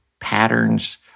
patterns